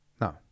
No